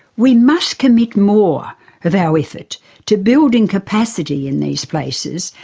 we must commit more of our effort to building capacity in these places,